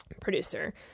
producer